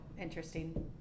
interesting